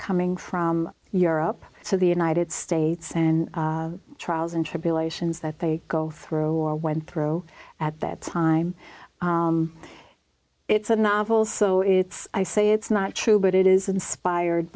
coming from europe so the united states and trials and tribulations that they go through war went through at that time it's a novel so it's i say it's not true but it is inspired